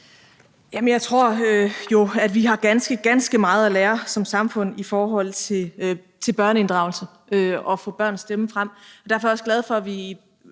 samfund har ganske, ganske meget at lære i forhold til børneinddragelse og at få børns stemme frem, og derfor er jeg også glad for, at vi